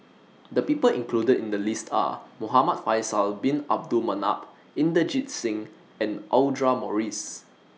The People included in The list Are Muhamad Faisal Bin Abdul Manap Inderjit Singh and Audra Morrice